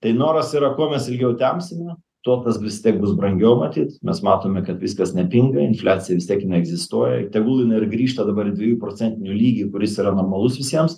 tai noras yra kuo mes ilgiau tempsime tuo tas vis tiek bus brangiau matyt mes matome kad viskas nepinga infliacija vis tiek jinai egzistuoja tegul jinai ir grįžta dabar į dviejų procentinių lygį kuris yra normalus visiems